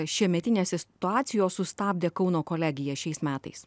šiemetinės situacijos sustabdė kauno kolegiją šiais metais